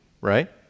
right